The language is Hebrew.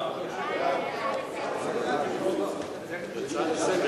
ההצעה להפוך את הצעת